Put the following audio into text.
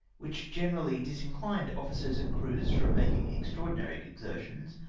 which generally disinchned officers and crews from making extraordinary exertions,